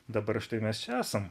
dabar štai mes čia esam